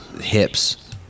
hips